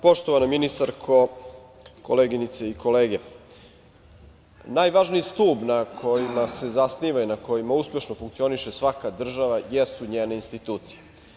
Poštovana ministarko, koleginice i kolege, najvažniji stub na kojima se zasniva i na kojem uspešno funkcioniše svaka država jesu njene institucije.